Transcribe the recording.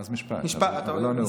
אז משפט, לא נאום.